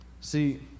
See